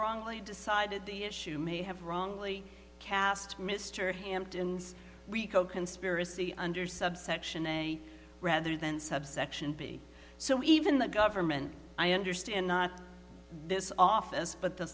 wrongly decided the issue may have wrongly cast mr hampton's rico conspiracy under subsection a rather than subsection be so even the government i understand not this office but the